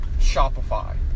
Shopify